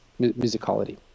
musicality